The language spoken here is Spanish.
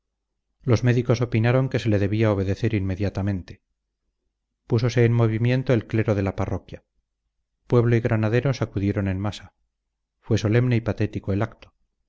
los médicos opinaron que se le debía obedecer inmediatamente púsose en movimiento el clero de la parroquia pueblo y granaderos acudieron en masa fue solemne y patético el acto